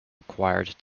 required